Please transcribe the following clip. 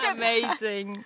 amazing